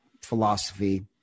philosophy